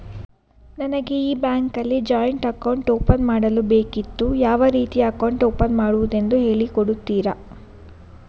ನನಗೆ ಈ ಬ್ಯಾಂಕ್ ಅಲ್ಲಿ ಜಾಯಿಂಟ್ ಅಕೌಂಟ್ ಓಪನ್ ಮಾಡಲು ಬೇಕಿತ್ತು, ಯಾವ ರೀತಿ ಅಕೌಂಟ್ ಓಪನ್ ಮಾಡುದೆಂದು ಹೇಳಿ ಕೊಡುತ್ತೀರಾ?